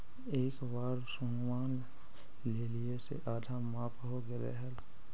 एक बार लोनवा लेलियै से आधा माफ हो गेले हल?